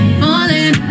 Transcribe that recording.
falling